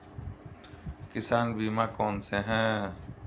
किसान बीमा कौनसे हैं?